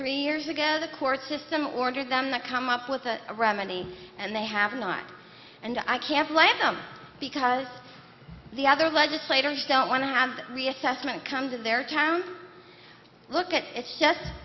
three years ago the court system ordered them to come up with a remedy and they have not and i can't let them because the other legislators don't want to have that reassessment come to their town look at it's just